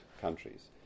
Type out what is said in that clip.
countries